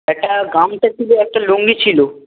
একটা গামছা ছিল একটা লুঙ্গি ছিল